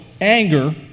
anger